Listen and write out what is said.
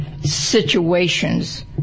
situations